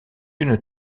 une